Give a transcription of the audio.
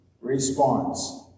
response